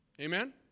Amen